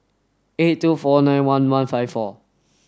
eight two four nine one one five four